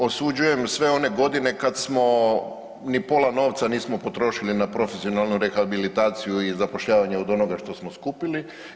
Osuđujem sve one godine kad smo ni pola novca nismo potrošili na profesionalnu rehabilitaciju i zapošljavanje od onoga što smo skupili.